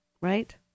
right